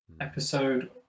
episode